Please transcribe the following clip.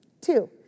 Two